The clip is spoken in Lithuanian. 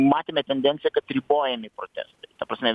matėme tendenciją kad ribojami protestai ta prasme